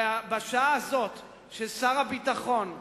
ובשעה הזאת, ששר הביטחון,